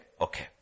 Okay